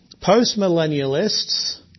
post-millennialists